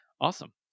awesome